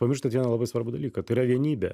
pamirštat vieną labai svarbų dalyką tai yra vienybė